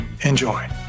enjoy